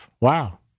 Wow